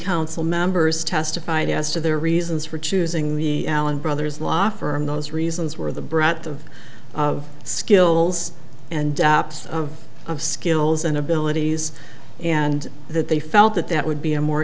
council members testified as to their reasons for choosing the allen brothers law firm those reasons were the breadth of skills and skills and abilities and that they felt that that would be a more